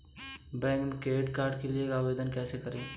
Bank में credit card के लिए आवेदन कैसे करें?